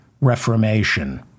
Reformation